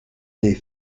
des